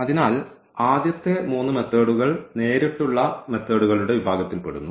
അതിനാൽ ആദ്യത്തെ മൂന്ന് മെത്തേഡ്കൾ നേരിട്ടുള്ള മെത്തേഡ്കളുടെ വിഭാഗത്തിൽ പെടുന്നു